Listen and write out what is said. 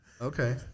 Okay